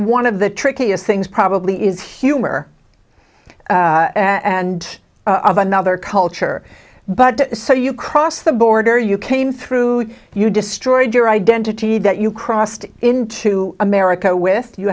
one of the trickiest things probably is humor and of another culture but so you cross the border you came through you destroyed your identity that you crossed into america with you